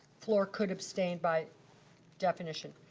fluor could abstain by definition.